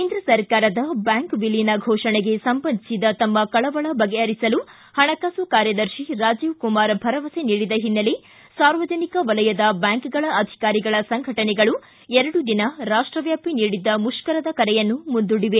ಕೇಂದ್ರ ಸರಕಾರದ ಬ್ಯಾಂಕ್ ವಿಲೀನ ಘೋಷಣೆಗೆ ಸಂಬಂಧಿಸಿದ ತಮ್ಮ ಕಳವಳ ಬಗೆಹರಿಸಲು ಹಣಕಾಸು ಕಾರ್ಯದರ್ಶಿ ರಾಜೀವ್ ಕುಮಾರ್ ಭರವಸೆ ನೀಡಿದ ಹಿನ್ನೆಲೆ ಸಾರ್ವಜನಿಕ ವಲಯದ ಬ್ಯಾಂಕ್ಗಳ ಅಧಿಕಾರಿಗಳ ಸಂಘಟನೆಗಳು ಎರಡು ದಿನ ರಾಷ್ಟವ್ಯಾಪಿ ನೀಡಿದ್ದ ಮುಷ್ಕರದ ಕರೆಯನ್ನು ಮುಂದೂಡಿವೆ